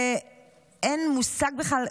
ואין לי מושג בכלל,